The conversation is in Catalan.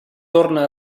torna